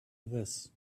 this